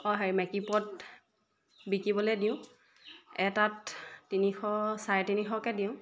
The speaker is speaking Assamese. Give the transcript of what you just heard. অঁ হেৰি মেকিপুৰত বিকিবলৈ দিওঁ এটাত তিনিশ চাৰে তিনিশকৈ দিওঁ